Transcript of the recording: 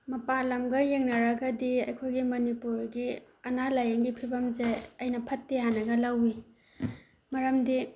ꯃꯄꯥꯜ ꯂꯝꯒ ꯌꯦꯡꯅꯔꯒꯗꯤ ꯑꯩꯈꯣꯏꯒꯤ ꯃꯅꯤꯄꯨꯔꯒꯤ ꯑꯅꯥ ꯂꯥꯏꯌꯦꯡꯒꯤ ꯐꯤꯕꯝꯁꯦ ꯑꯩꯅ ꯐꯠꯇꯦ ꯍꯥꯏꯅ ꯂꯧꯋꯤ ꯃꯔꯝꯗꯤ